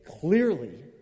clearly